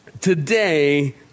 today